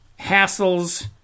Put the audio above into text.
hassles